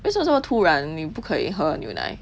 为什么这么突然你不可以喝牛奶